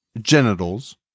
genitals